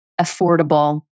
affordable